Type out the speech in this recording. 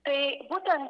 tai būtent